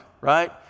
right